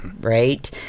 right